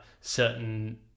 certain